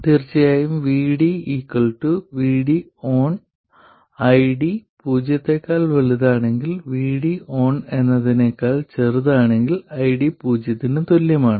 തീർച്ചയായും VD VD ON ID പൂജ്യത്തേക്കാൾ വലുതാണെങ്കിൽ VD ON എന്നതിനേക്കാൾ ചെറുതാണെങ്കിൽ ID പൂജ്യത്തിന് തുല്യമാണ്